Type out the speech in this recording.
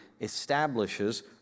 establishes